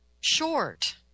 short